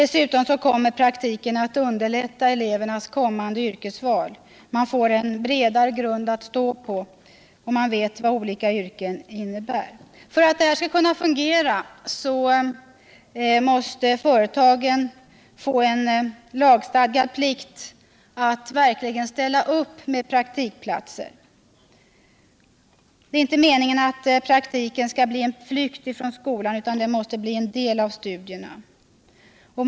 Slutligen kommer praktiken att underlätta elevernas kommande yrkesval; de får en bredare grund att stå på, de vet vad olika yrken innebär. För att det här skall kunna fungera måste företagen få en lagstadgad plikt att verkligen ställa upp med praktikplatser. Det är inte meningen att praktiken skall bli en flykt från skolan, utan den måste bli en del av studierna.